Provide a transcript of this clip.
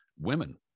women